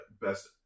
best